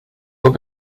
but